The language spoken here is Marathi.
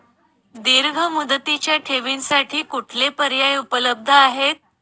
दीर्घ मुदतीच्या ठेवींसाठी कुठले पर्याय उपलब्ध आहेत?